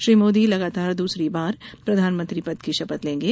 श्री मोदी लगातार दूसरी बार प्रधानमंत्री पद की शपथ लेंगे